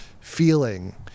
feeling